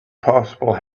possible